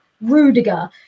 Rudiger